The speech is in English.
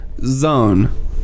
zone